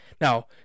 now